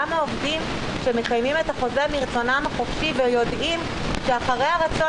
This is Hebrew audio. גם העובדים שמקיימים את החוזה מרצונם החופשי ויודעים שאחרי הרצון